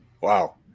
Wow